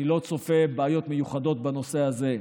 אני לא צופה בעיות מיוחדות בנושא הזה.